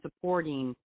supporting